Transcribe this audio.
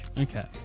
Okay